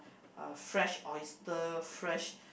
uh fresh oyster fresh